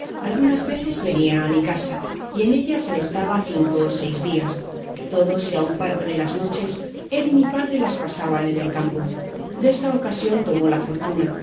algunas veces venía a mi casa y en ella se estaba cinco o seis días que todos y aun parte de las noches él y mi padre las pasaban en el campo desta ocasión tomó la fortuna